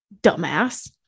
Dumbass